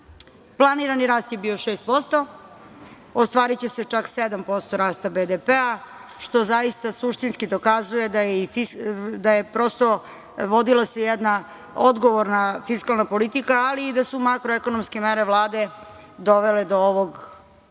Planirani rast je bio 6%, a ostvariće se čak 7% rasta BDP-a, što zaista suštinski dokazuje da se prosto vodila jedna odgovorna fiskalna politika, ali i da su makroekonomske mere Vlade dovele do ovog